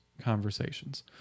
conversations